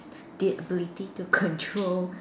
the ability to control